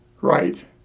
right